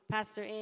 Pastor